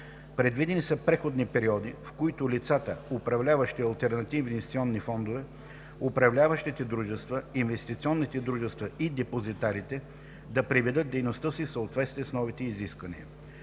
Предвидени са преходни периоди, в които лицата, управляващи алтернативни инвестиционни фондове, управляващите дружества, инвестиционните дружества и депозитарите да приведат дейността си в съответствие с новите изисквания.